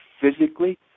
physically